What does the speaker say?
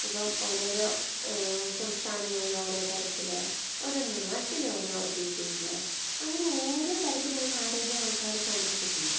ഇപ്പം ഓരോരോ സംസ്ഥാനങ്ങളിൽ ഓരോ തരത്തിൽ ഓരോ നാട്ടിൽ ഓരോ രീതിയിൽ അങ്ങനെ ഓരോ തരത്തിലാണ് ആരോഗ്യം ആൾക്കാര് സംരക്ഷിക്കുന്നത്